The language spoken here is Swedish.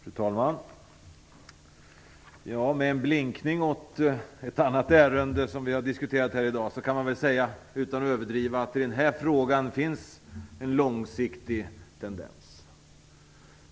Fru talman! Med en blinkning åt ett annat ärende som vi har diskuterat här i dag kan man väl utan att överdriva säga att det i den här frågan finns en långsiktig tendens.